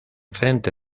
frente